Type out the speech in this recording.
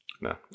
No